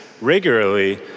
regularly